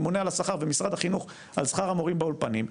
הממונה על השכר ומשרד החינוך על שכר המורים באולפנים,